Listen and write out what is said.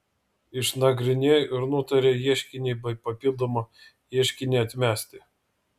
išnagrinėjo ir nutarė ieškinį bei papildomą ieškinį atmesti